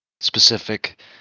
specific